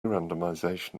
randomization